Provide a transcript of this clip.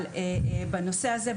בנושא הזה,